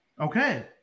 Okay